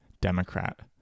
Democrat